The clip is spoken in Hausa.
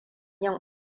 yin